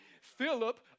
Philip